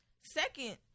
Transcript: Second